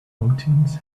proteins